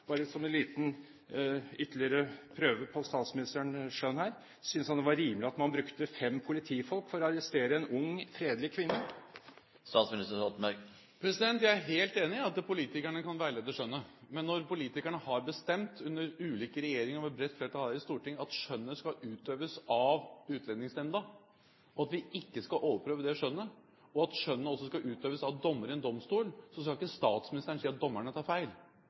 bare som en liten ytterligere prøve på statsministerens skjønn her: Synes han at det var rimelig at man brukte åtte politifolk for å arrestere en ung, fredelig kvinne? Jeg er helt enig i at politikerne kan veilede skjønnet, men når politikerne har bestemt, under ulike regjeringer og med et bredt flertall her i Stortinget, at skjønnet skal utøves av Utlendingsnemnda, at vi ikke skal overprøve det skjønnet, og at skjønnet også skal utøves av dommeren i en domstol, så skal ikke statsministeren si at dommerne tar feil.